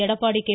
Edappadi K